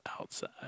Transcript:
outside